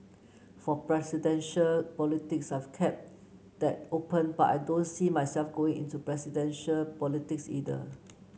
for presidential politics I've kept that open but I don't see myself going into presidential politics either